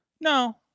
No